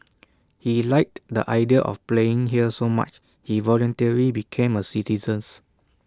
he liked the idea of playing here so much he voluntarily became A citizens